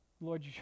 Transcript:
Lord